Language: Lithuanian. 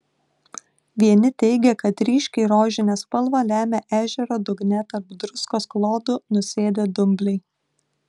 vieni teigė kad ryškiai rožinę spalvą lemia ežero dugne tarp druskos klodų nusėdę dumbliai